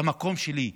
את המקום שלי,